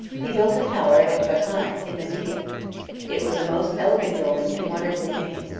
he built a tower at ecbatana, in media it was a most elegant building, and wonderfully made,